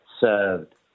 served